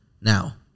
Now